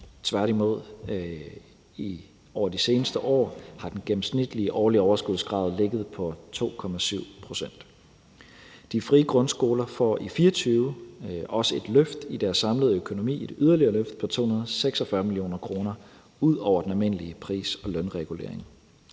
Tværtimod har den gennemsnitlige årlige overskudsgrad over de seneste år ligget på 2,7 pct. De frie grundskoler får i 2024 også et yderligere løft af deres samlede økonomi på 246 mio. kr. ud over den almindelige pris- og lønregulering.